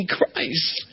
Christ